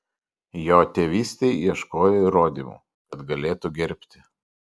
jo tėvystei ieškojo įrodymų kad galėtų gerbti